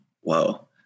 whoa